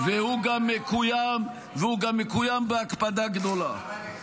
הוא גם מקוים, והוא גם מקוים בהקפדה גדולה.